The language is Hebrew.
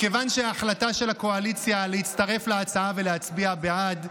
מכיוון שההחלטה של הקואליציה להצטרף להצעה ולהצביע בעד,